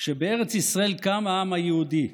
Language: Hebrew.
ש"בארץ ישראל קם העם היהודי"